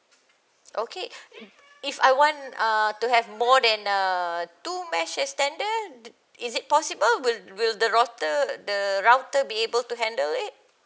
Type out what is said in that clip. okay if I want uh to have more than uh two mesh extender is it possible will will the router the router be able to handle it